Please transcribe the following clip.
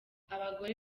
abagore